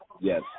Yes